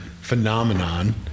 phenomenon